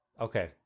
Okay